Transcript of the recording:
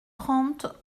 trente